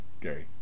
Gary